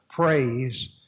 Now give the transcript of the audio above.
praise